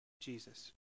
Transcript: Jesus